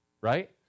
right